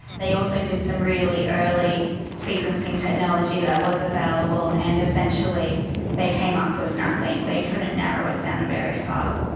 they also did some really early sequencing technology that was available and essentially they came up with nothing, they couldn't narrow it down very far.